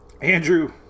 andrew